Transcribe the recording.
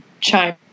chime